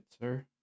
sir